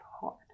hard